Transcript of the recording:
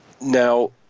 Now